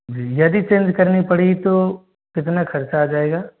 जी यदि चेंज करनी पड़ी तो कितना खर्चा आ जाएगा